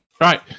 Right